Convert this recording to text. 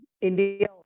India